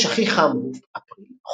החודש הכי חם הוא אפריל.